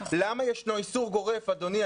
אדוני,